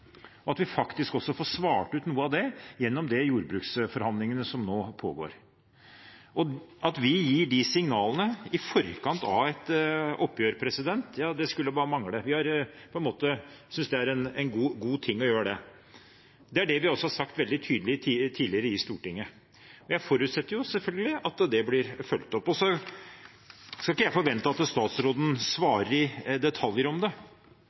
og at vi faktisk får svart på noe av det gjennom de jordbruksforhandlingene som nå pågår. At vi gir disse signalene i forkant av et oppgjør, skulle bare mangle. Vi synes det er en god ting å gjøre det, og det har vi sagt veldig tydelig, tidligere, i Stortinget. Jeg forutsetter selvfølgelig at det blir fulgt opp. Jeg skal ikke forvente at statsråden svarer på dette i detalj, men jeg har en forventning om at statsråden og regjeringen faktisk følger opp det